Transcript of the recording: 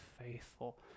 faithful